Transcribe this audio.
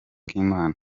k’imana